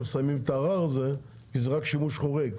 מסיימים את הערר הזה כי זה רק שימוש חורג,